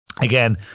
again